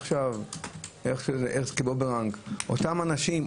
עכשיו כבומרנג אותם אנשים,